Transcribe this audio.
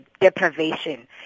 deprivation